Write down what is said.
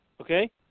okay